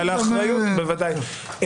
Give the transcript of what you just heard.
ועל האחריות, בוודאי.